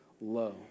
low